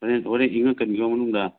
ꯍꯣꯔꯦꯟ ꯍꯣꯔꯦꯟ ꯏꯪꯉꯛꯀꯅꯤꯀꯣ ꯃꯅꯨꯡꯗ